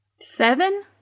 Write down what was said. Seven